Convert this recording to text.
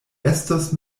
estos